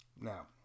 Now